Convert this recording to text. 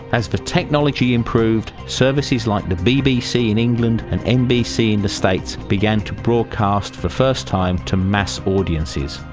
as the technology improved services like the bbc in england and nbc in the states began to broadcast for first time to mass audiences.